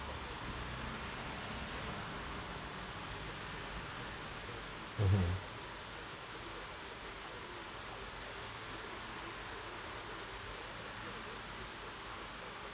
mmhmm